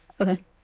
Okay